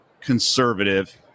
conservative